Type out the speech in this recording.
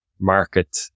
Market